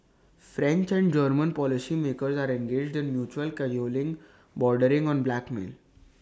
French and German policymakers are engaged in mutual cajoling bordering on blackmail